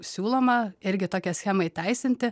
siūloma irgi tokią schemą įteisinti